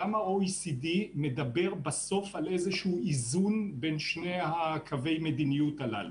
תמיד גם ה-OECD מדבר בסוף על איזשהו איזון בין שני קווי המדיניות הללו.